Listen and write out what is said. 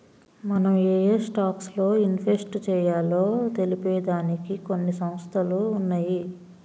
మనం ఏయే స్టాక్స్ లో ఇన్వెస్ట్ చెయ్యాలో తెలిపే దానికి కొన్ని సంస్థలు ఉన్నయ్యి